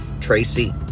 tracy